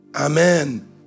Amen